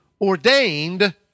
ordained